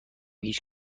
هیچ